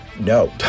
no